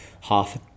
half